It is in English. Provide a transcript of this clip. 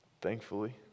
Thankfully